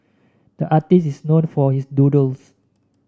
the artist is known for his doodles